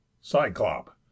Cyclop